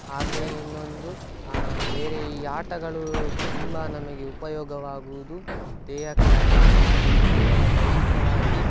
ಹಾಗೆಯೇ ಇನ್ನೊಂದು ಬೇರೆ ಈ ಆಟಗಳು ತುಂಬ ನಮಗೆ ಉಪಯೋಗವಾಗುವುದು ದೇಹಕ್ಕೆ ಆಗಲಿ ಹಾಗೇ ಕೇವಲ ದೈಹಿಕವಾಗಿ